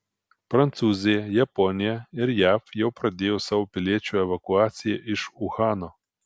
prancūzija japonija ir jav jau pradėjo savo piliečių evakuaciją iš uhano